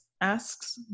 asks